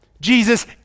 Jesus